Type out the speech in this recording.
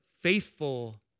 faithful